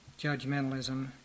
judgmentalism